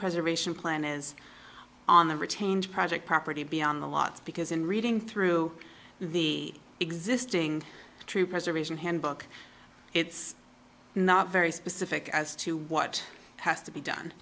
preservation plan is on the retained project property be on the lot because in reading through the existing true preservation handbook it's not very specific as to what has to be done